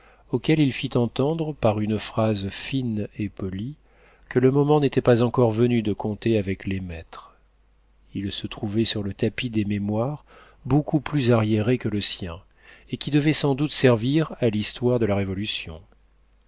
auquel il fit entendre par une phrase fine et polie que le moment n'était pas encore venu de compter avec les maîtres il se trouvait sur le tapis des mémoires beaucoup plus arriérés que le sien et qui devaient sans doute servir à l'histoire de la révolution